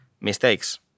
mistakes